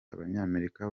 abanyamerika